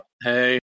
hey